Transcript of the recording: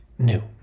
new